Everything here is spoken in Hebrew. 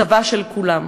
צבא של כולם.